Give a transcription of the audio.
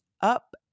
up